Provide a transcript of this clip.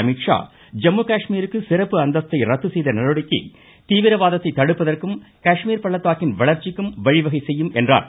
அமீத்ஷா ஜம்மு காஷ்மீருக்கு சிறப்பு அந்தஸ்தை ரத்து செய்த நடவடிக்கை தீவிரவாதத்தை தடுப்பதற்கும் காஷ்மீர் பள்ளத்தாக்கின் வளர்ச்சிக்கும் வழிவகை செய்யும் என்றார்